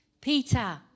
Peter